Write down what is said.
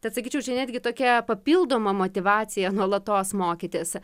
tad sakyčiau čia netgi tokia papildoma motyvacija nuolatos mokytis